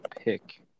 pick